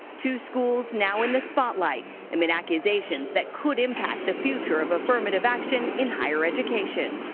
two schools now in the spotlight amid accusations that could impact the future of affirmative action in higher education.